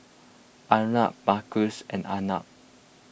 Arnab Mukesh and Arnab